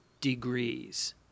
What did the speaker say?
degrees